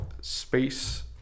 space